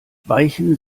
weichen